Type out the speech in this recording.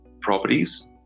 properties